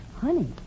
Honey